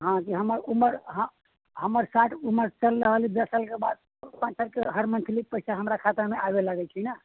हँ जी हमर उमर हँ हमर सर उमर चलि रहल अछि दस सालके बाद पाँच सालके बाद हर मन्थली पैसा हमरा खातामे आबै लगै छै ने